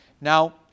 now